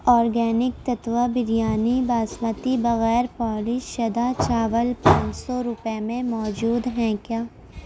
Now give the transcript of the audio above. organic تتوہ بریانی باسمتی بغیر polish شدہ چاول پانچ روپے میں موجود ہیں کیا